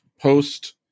post